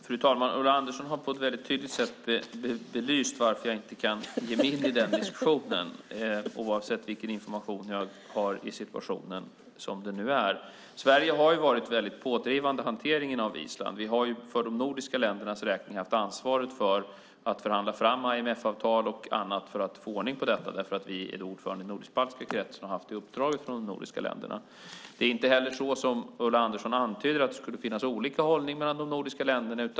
Fru talman! Ulla Andersson har på ett väldigt tydligt sätt belyst varför jag inte kan ge mig in i den diskussionen oavsett vilken information jag har i situationen som den nu är. Sverige har varit väldigt pådrivande i hanteringen av Island. Vi har för de nordiska ländernas räkning haft ansvaret för att förhandla fram IMF-avtal och annat för att få ordning på detta. Vi är ordförande i den nordisk-baltiska kretsen och har haft det uppdraget från de nordiska länderna. Det är inte heller så som Ulla Andersson antyder att det skulle finnas olika hållning mellan de nordiska länderna.